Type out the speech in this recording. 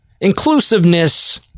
inclusiveness